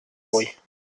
brouis